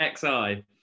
XI